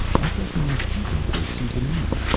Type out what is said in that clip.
i thought we might keep him for a souvenir,